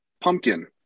pumpkin